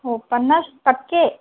हो पन्नास टक्के